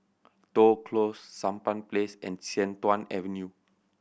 Toh Close Sampan Place and Sian Tuan Avenue